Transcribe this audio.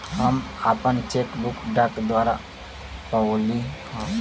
हम आपन cheque book डाक द्वारा पउली है